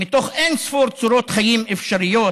מתוך אין-ספור צורות חיים אפשריות,